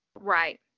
right